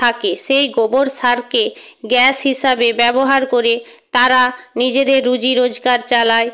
থাকে সেই গোবর সারকে গ্যাস হিসাবে ব্যবহার করে তারা নিজেদের রুজি রোজগার চালায়